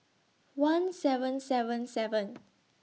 one seven seven seven